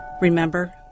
Remember